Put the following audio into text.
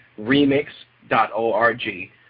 Remix.org